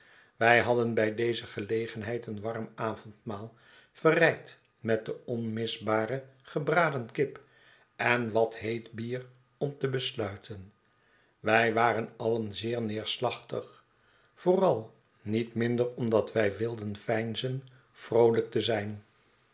wij hadden bij deze gelegenheid een warm avondmaal verrijkt met de onmisbare gebraden kip en wat heet bier om te besluiten wij waren alien zeer neerslachtig vooral niet minder omdat wij wilden veinzen vroolijk te zijn